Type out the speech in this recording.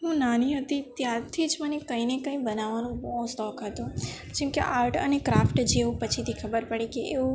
હું નાની હતી ત્યારથી જ મને કંઈ ને કઈ બનાવવાનો બહુ શોખ હતો જેમકે આર્ટ અને ક્રાફ્ટ જેવું પછીથી ખબર પડી કે એવું